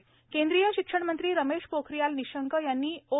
DigiLocker केंद्रीय शिक्षणमंत्री रमेश पोखरियाल निशंक यांनी ओ